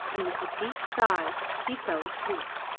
and with a deep sigh he fell asleep.